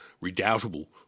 redoubtable